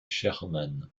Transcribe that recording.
sherman